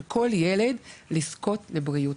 של הזכאות של כל ילד לזכות לבריאות.